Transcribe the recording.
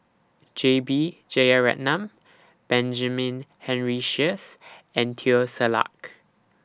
J B Jeyaretnam Benjamin Henry Sheares and Teo Ser Luck